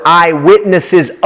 eyewitnesses